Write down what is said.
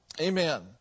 Amen